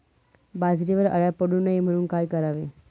बाजरीवर अळ्या पडू नये म्हणून काय करावे?